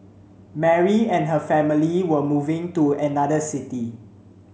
Mary and her family were moving to another city